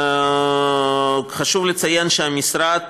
חשוב לציין שהמשרד,